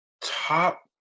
Top